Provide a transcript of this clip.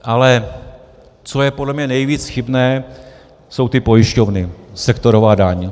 Ale co je podle mě nejvíc chybné, jsou ty pojišťovny, sektorová daň.